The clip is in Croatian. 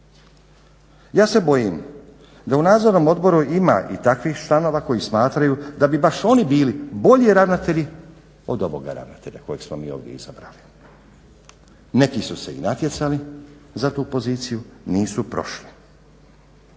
Ja se bojim da u Nadzornom odboru ima i takvih članova koji smatraju da bi baš oni bili bolji ravnatelji od ovoga ravnatelja kojeg smo mi ovdje izabrali. Neki su se i natjecali za tu poziciju, nisu prošli.